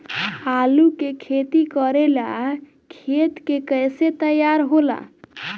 आलू के खेती करेला खेत के कैसे तैयारी होला?